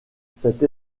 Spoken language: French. cette